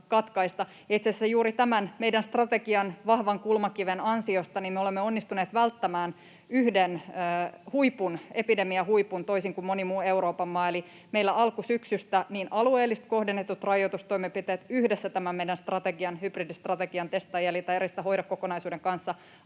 Itse asiassa juuri tämän meidän strategiamme vahvan kulmakiven ansiosta me olemme onnistuneet välttämään yhden epidemiahuipun, toisin kuin moni muu Euroopan maa. Eli meillä alkusyksystä nämä alueellisesti kohdennetut rajoitustoimenpiteet yhdessä tämän meidän hybridistrategiamme testaa, jäljitä, eristä, hoida ‑kokonaisuuden kanssa